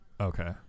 okay